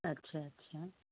अच्छा अच्छा